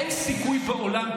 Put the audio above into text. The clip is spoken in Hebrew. אין סיכוי בעולם,